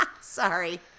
Sorry